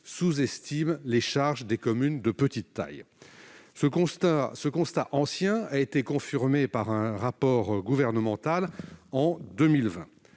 sous-estime les charges des communes de petite taille. Ce constat ancien a été confirmé par un rapport gouvernemental en 2020.